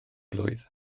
blwydd